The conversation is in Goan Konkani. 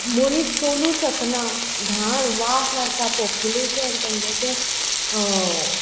मनीस चलू शकना घाण वास मारता पोपुलेशन तेंगे ते वेस्ट